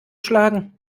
schlagen